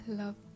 Love